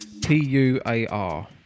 P-U-A-R